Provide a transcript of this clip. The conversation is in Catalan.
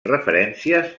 referències